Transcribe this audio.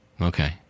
okay